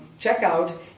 checkout